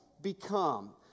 become